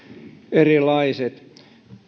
erilaiset